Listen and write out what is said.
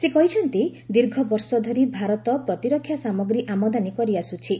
ସେ କହିଛନ୍ତି ଦୀର୍ଘ ବର୍ଷ ଧରି ଭାରତ ପ୍ରତିରକ୍ଷା ସାମଗ୍ରୀ ଆମଦାନୀ କରିଆସ୍କ୍ଥି